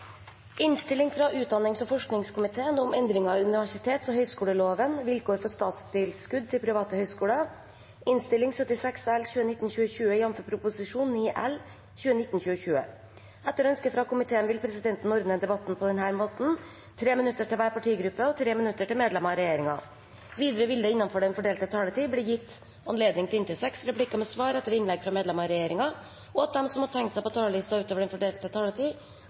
forskningskomiteen vil presidenten ordne debatten slik: 3 minutter til hver partigruppe og 3 minutter til medlemmer av regjeringen. Videre vil det – innenfor den fordelte taletid – bli gitt anledning til replikkordskifte på inntil seks replikker med svar etter innlegg fra medlemmer av regjeringen, og de som måtte tegne seg på talerlisten utover den fordelte taletid,